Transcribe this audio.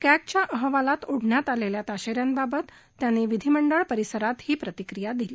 कॅगच्या अहवालात ओढण्यात आलेल्या ताशेऱ्यांबाबत त्यांनी विधिमडंळ परिसरात प्रतिक्रिया दिली